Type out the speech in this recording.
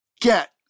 get